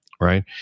right